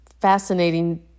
Fascinating